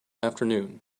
afternoon